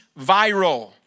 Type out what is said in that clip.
viral